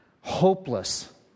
hopeless